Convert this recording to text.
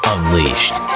Unleashed